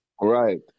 Right